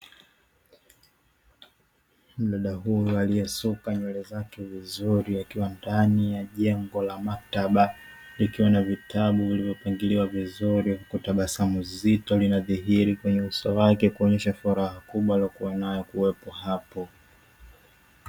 Mdada huyu aliyesuka nywele zake vizuri akiwa ndani ya jengo la maktaba, likiwa na vitabu vilivyopangiliwa vizuri huku tabasamu zito linadhihiri kwenye uso wake, kuonyesha furaha kubwa aliyokuwa nayo kuwepo hapo.